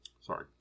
Sorry